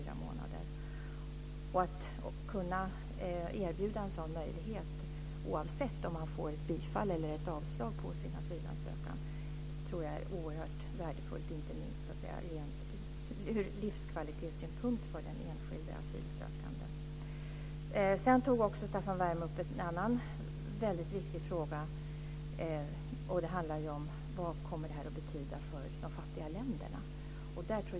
Man ska kunna erbjuda en sådan möjlighet, oavsett om den asylsökande får ett bifall eller ett avslag på sin ansökan. Det är oerhört värdefullt, inte minst ur livskvalitetssynpunkt för den enskilde asylsökande. Sedan tog Staffan Werme upp en annan viktig fråga: Vad kommer detta att betyda för de fattiga länderna?